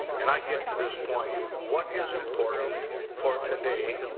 and i get to this point, what is important for today,